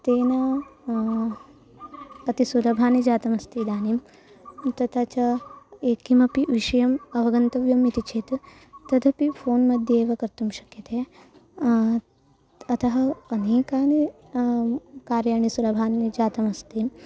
तेन अति सुलभं जातमस्ति इदानीं तथा च ये किमपि विषयम् अवगन्तव्यम् इति चेत् तदपि फ़ोन्मध्ये एव कर्तुं शक्यते अतः अनेकानि कार्याणि सुलभानि जातमस्ति